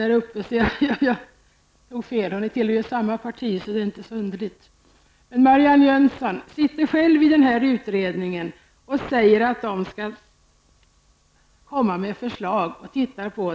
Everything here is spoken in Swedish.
Marianne Jönsson tillhör ju själv denna utredning, och hon har sagt att utredningen kommer att lägga fram förslag i den frågan.